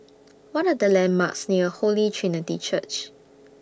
What Are The landmarks near Holy Trinity Church